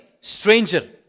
stranger